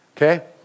Okay